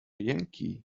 yankee